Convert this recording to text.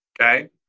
okay